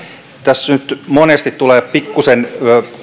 tässä monesti tulee pikkuisen